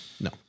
No